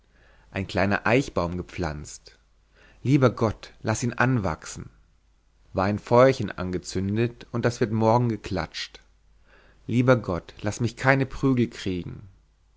ein kleiner eichbaum gepflanzt lieber gott laß ihn anwachsen war ein feuerchen angezündet und das wird morgen geklatscht lieber gott laß mich keine prügel kriegen